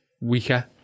weaker